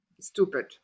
Stupid